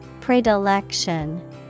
Predilection